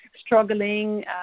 struggling